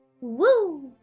Woo